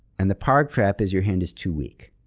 and the parc trap is your hand is too weak.